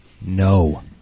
No